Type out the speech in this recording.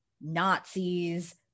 nazis